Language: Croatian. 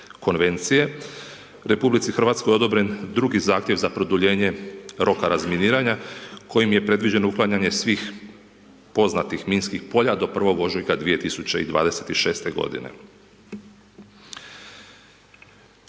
konvencije, RH odobren 23 zahtjev za produljenje roka razminiranja, kojim je predviđeno uklanjanje svih poznatih minskih polja do 1.ožujka 2026. g.